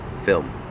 film